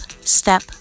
Step